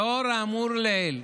לאור האמור לעיל,